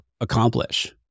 accomplish